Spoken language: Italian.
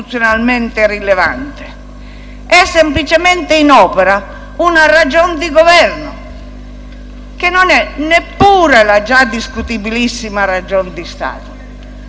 che non è neppure la già discutibilissima ragion di Stato. In questo caso è proprio una semplice ragione di Governo, per cui di fatto